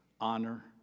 honor